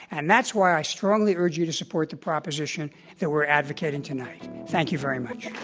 and that's why i strongly urge you to support the proposition that we're advocating tonight. thank you very much.